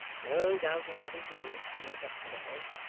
no doubt a heavy payment to make up tomorrow.